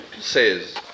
says